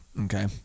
Okay